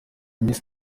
miss